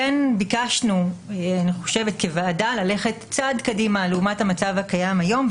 וביקשנו כוועדה ללכת צעד קדימה לעומת המצב הקיים היום,